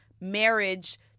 marriage